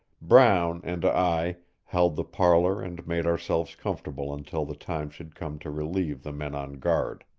brown and i held the parlor and made ourselves comfortable until the time should come to relieve the men on guard.